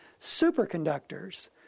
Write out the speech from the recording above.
superconductors